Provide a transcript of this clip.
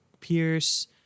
Pierce